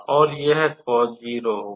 और यह cos0 होगा